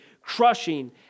crushing